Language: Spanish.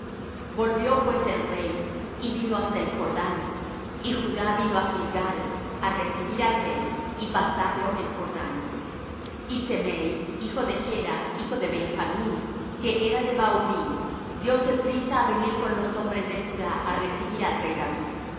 volvió pues el rey y vino hasta el jordán y judá vino á gilgal á recibir al rey y pasarlo el jordán y semei hijo de gera hijo de benjamín que era de bahurim dióse priesa á venir con los hombres de judá á recibir al rey david